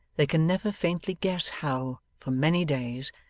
they can never faintly guess how, for many days,